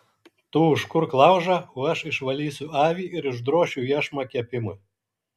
tu užkurk laužą o aš išvalysiu avį ir išdrošiu iešmą kepimui